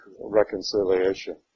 reconciliation